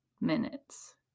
minutes